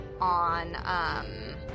on